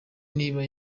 niba